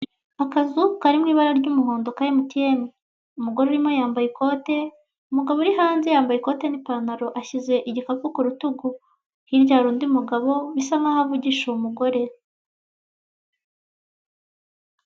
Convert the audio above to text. Akazu kari mu ibara ry'umuhondo, ka emutiyene. Umugore urimo yambaye ikote, umugabo uri hanze yambaye ikote n'ipantaro, ashyize igikapu ku rutugu. Hirya hari undi mugabo, bisa nk'aho avugisha umugore.